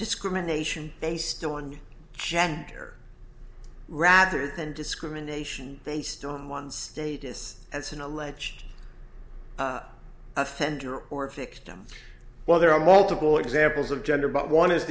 discrimination based on gender rather than discrimination based on one's status as an alleged offender or victim while there are multiple examples of gender but one